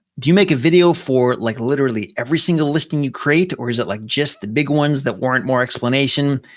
do you make a video for, like literally, every single listing you create, or is it like just the big ones that warrant more explanation?